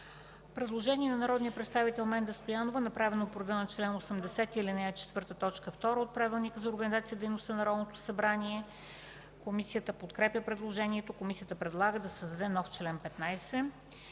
Предложение на народния представител Менда Стоянова, направено по реда на чл. 80, ал. 4, т. 2 от Правилника за организацията и дейността на Народното събрание. Комисията подкрепя предложението. Комисията предлага да се създаде нов чл. 15: